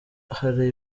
hari